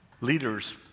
leaders